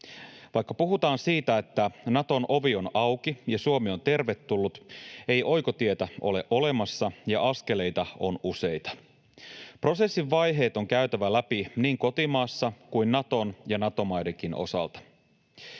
Vaikka puhutaan siitä, että Naton ovi on auki ja Suomi on tervetullut, ei oikotietä ole olemassa ja askeleita on useita. Prosessin vaiheet on käytävä läpi niin kotimaassa kuin Naton ja Nato-maidenkin osalta.